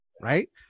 Right